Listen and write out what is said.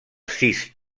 sis